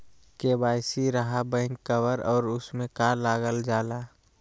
KYC रहा back cover और उसमें का का लागल जाला?